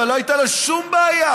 לא הייתה לו שום בעיה,